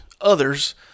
others